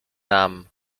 nam